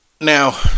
Now